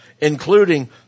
including